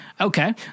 Okay